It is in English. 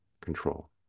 control